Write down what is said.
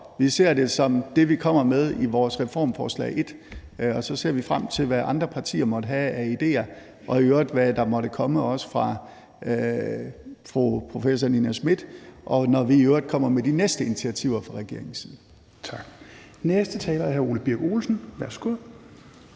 Vi ser det som det, vi kommer med i vores reformforslag 1, og så ser vi frem til, hvad andre partier måtte have af idéer, og hvad der i øvrigt måtte komme fra professor Nina Smith, og hvad der i øvrigt kommer med de næste initiativer fra regeringens side. Kl. 17:01 Tredje næstformand (Rasmus